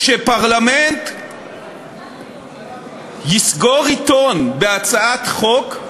שפרלמנט יסגור עיתון בהצעת חוק,